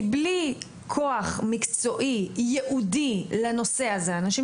כי בלי כוח מקצועי ייעודי לנושא הזה אנשים